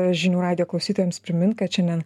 žinių radijo klausytojams primint kad šiandien